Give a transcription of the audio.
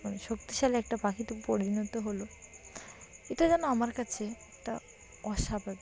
ম শক্তিশালী একটা পাখিতে পরিণত হলো এটা যেন আমার কাছে একটা অস্বাভাবিক